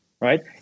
Right